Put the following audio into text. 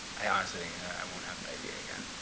i honestly think i won't have an idea again.